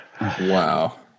Wow